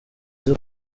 uze